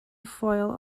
foil